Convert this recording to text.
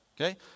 Okay